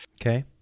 Okay